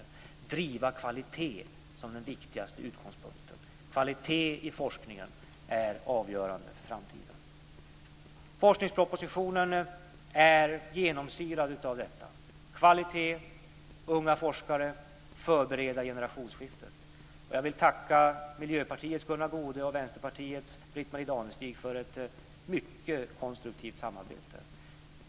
Vi ska driva kvalitet som den viktigaste utgångspunkten. Kvalitet i forskningen är avgörande för framtiden. Forskningspropositionen är genomsyrad av detta; kvalitet, unga forskare och att förbereda generationsskiftet. Jag vill tacka Miljöpartiets Gunnar Goude och Vänsterpartiets Britt-Marie Danestig för ett mycket konstruktivt samarbete.